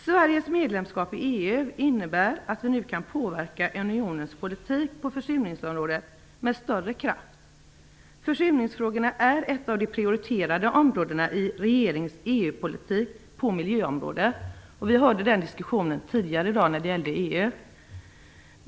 Sveriges medlemskap i EU innebär att vi nu med större kraft kan påverka unionens politik på försurningsområdet. Försurningsfrågorna är ett av de prioriterade områdena i regeringens EU-politik på miljöområdet - vi kunde höra den diskussionen tidigare här i dag när det gällde EU.